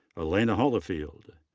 alayna holifield.